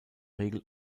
regel